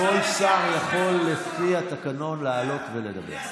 לפי התקנון, כל שר יכול לעלות ולדבר.